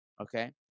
Okay